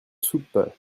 soupe